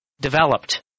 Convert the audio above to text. developed